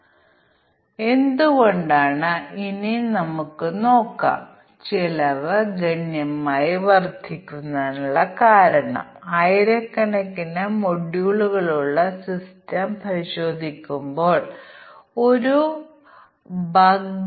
അതിനാൽ മറ്റെല്ലാ പരാമീറ്ററുകളുടെയും ക്രമീകരണം നമുക്ക് പരിഗണിക്കാതെ ഒരു പാരാമീറ്ററിൽ ചിലത് ചില മൂല്യങ്ങളിലേക്ക് സജ്ജമാക്കുമ്പോൾ ഒരൊറ്റ മോഡ് ബഗ് സംഭവിക്കുന്നു